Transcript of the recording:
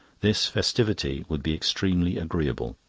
this festivity would be extremely agreeable.